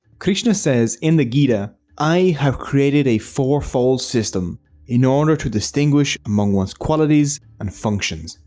krishna says in the gita i have created a fourfold system in order to distinguish among one's qualities and functions.